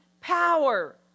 power